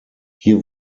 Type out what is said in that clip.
hier